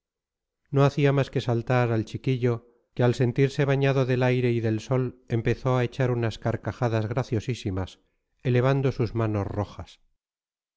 no hacía más que saltar al chiquillo que al sentirse bañado del aire y del sol empezó a echar unas carcajadas graciosísimas elevando sus manos rojas